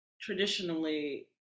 traditionally